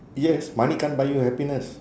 yes money can't buy you happiness